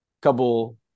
couple